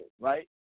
right